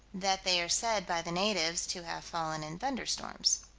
that they are said, by the natives, to have fallen in thunderstorms.